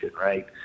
right